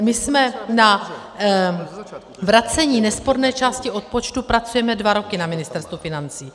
My na vracení nesporné části odpočtu pracujeme dva roky na Ministerstvu financí.